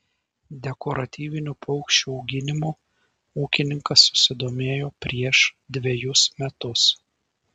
dekoratyvinių paukščių auginimu ūkininkas susidomėjo prieš dvejus metus